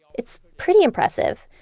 it's pretty impressive,